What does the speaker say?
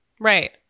Right